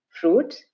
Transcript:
fruit